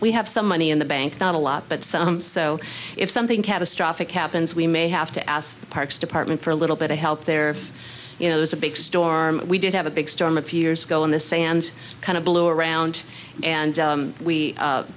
we have some money in the bank not a lot but some so if something catastrophic happens we may have to ask the parks department for a little bit of help there you know there's a big storm we did have a big storm a few years ago in the sand kind of blow around and